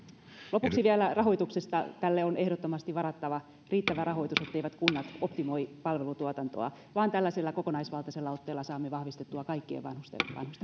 lopuksi vielä rahoituksesta tälle on ehdottomasti varattava riittävä rahoitus etteivät kunnat optimoi palvelutuotantoa vaan saamme tällaisella kokonaisvaltaisella otteella vahvistettua kaikkien vanhusten